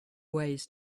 ways